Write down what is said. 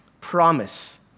promise